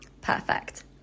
Perfect